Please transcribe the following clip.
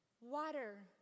water